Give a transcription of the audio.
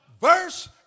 verse